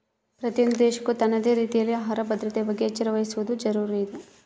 ಪ್ರತಿಯೊಂದು ದೇಶಕ್ಕೂ ತನ್ನದೇ ರೀತಿಯಲ್ಲಿ ಆಹಾರ ಭದ್ರತೆಯ ಬಗ್ಗೆ ಎಚ್ಚರ ವಹಿಸುವದು ಜರೂರು ಇದೆ